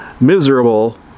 miserable